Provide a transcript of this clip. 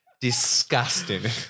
disgusting